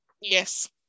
yes